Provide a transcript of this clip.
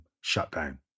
shutdown